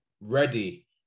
ready